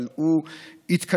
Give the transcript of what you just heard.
אבל הוא התקדם,